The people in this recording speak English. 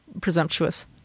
presumptuous